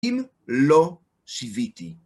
אם לא שיוויתי.